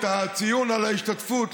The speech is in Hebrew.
את הציון על ההשתתפות,